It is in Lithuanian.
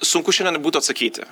sunku šiandien būtų atsakyti